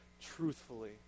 truthfully